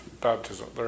baptism